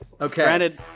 Okay